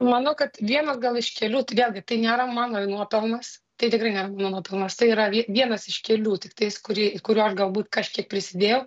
manau kad vienas gal iš kelių tai vėlgi tai nėra mano nuopelnas tai tikrai nėra mano nuopelnas tai yra vie vienas iš kelių tik tais kurį kuriuo aš galbūt kažkiek prisidėjau